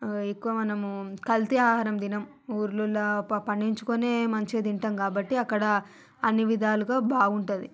ఎక్కువ మనము కల్తీ ఆహారం తినం ఊరిలలో పండించుకొని మంచిగా తింటాం కాబట్టి అక్కడ అన్ని విధాలుగా బాగుంటుంది